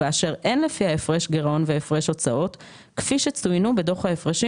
ואשר אין לפיה הפרש גירעון והפרש הוצאות כפי שצוינו בדוח ההפרשים